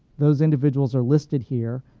those individuals are listed here.